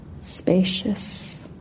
spacious